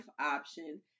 option